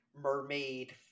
mermaid